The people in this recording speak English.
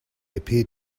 appeared